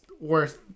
worth